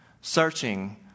searching